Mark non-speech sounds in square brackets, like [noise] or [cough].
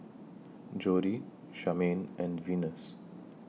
[noise] Jodie Charmaine and Venus